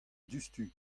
diouzhtu